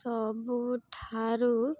ସବୁଠାରୁ